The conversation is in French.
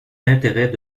intérêts